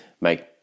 make